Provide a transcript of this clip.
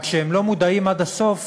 רק שהם לא מודעים עד הסוף